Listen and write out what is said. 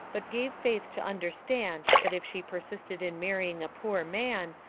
but gave faith to understand that if she persisted in marrying a poor man,